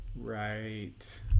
Right